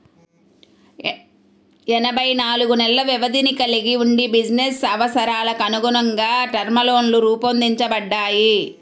ఎనభై నాలుగు నెలల వ్యవధిని కలిగి వుండి బిజినెస్ అవసరాలకనుగుణంగా టర్మ్ లోన్లు రూపొందించబడ్డాయి